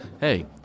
hey